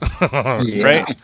Right